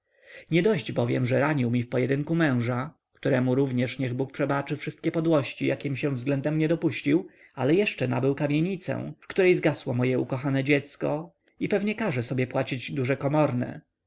nie dość bowiem że ranił mi w pojedynku męża któremu również niech bóg przebaczy wszystkie podłości jakich się względem mnie dopuścił ale jeszcze nabył kamienicę w której zgasło moje ukochane dziecko i pewnie każe sobie płacić duże komorne